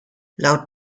laut